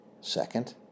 Second